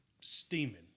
steaming